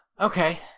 okay